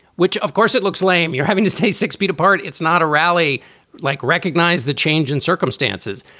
which, of course, it looks lame. you're having to stay six feet apart. it's not a rally like recognize the change in circumstances.